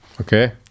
Okay